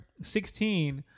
16